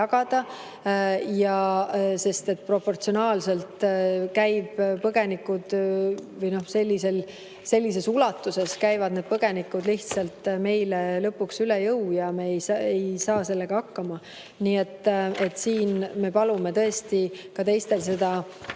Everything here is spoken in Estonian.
jagada, sest proportsionaalselt sellises ulatuses käivad need põgenikud lihtsalt meile lõpuks üle jõu ja me ei saa sellega hakkama. Nii et siin me palume tõesti ka teistel seda